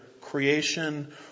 creation